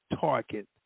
target